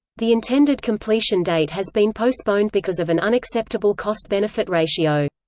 the intended completion date has been postponed because of an unacceptable cost-benefit ratio.